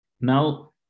now